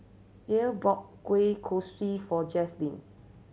Ethyl bought kueh kosui for Jazlyn